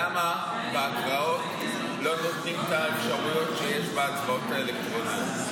למה בהצבעות לא נותנים את האפשרויות שיש בהצבעות אלקטרוניות?